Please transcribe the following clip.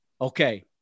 Okay